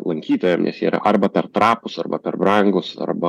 lankytojam nes yra arba per trapūs arba per brangūs arba